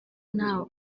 nta